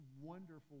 wonderful